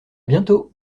bientôt